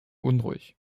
unruhig